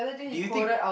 do you think